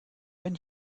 wenn